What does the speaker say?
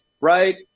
right